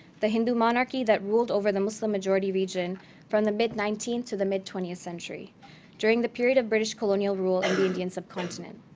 the hindu monarchy that ruled over the muslim majority region from the mid nineteenth to the mid twentieth century during the period of british colonial rule on and the indian subcontinent.